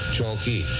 Chalky